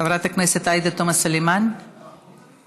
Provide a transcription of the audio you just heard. חברת הכנסת עאידה תומא סלימאן, מוותרת.